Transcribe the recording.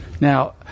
Now